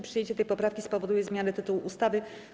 Przyjęcie tej poprawki spowoduje zmianę tytułu ustawy.